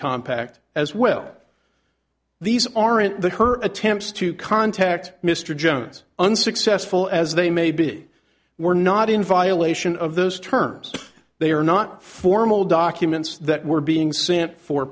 compact as well these aren't the her attempts to contact mr jones unsuccessful as they may be were not in violation of those terms they are not formal documents that were being sent for